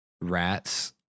rats